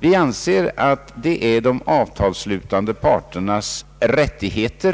Vi anser att det är de avtalsslutande parternas rättighet